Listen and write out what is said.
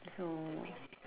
so